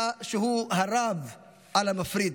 ושרב המחבר על המפריד,